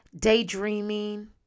daydreaming